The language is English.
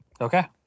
Okay